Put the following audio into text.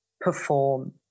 perform